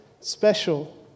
special